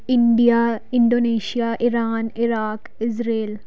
India Indonesia Iran Iraq Israel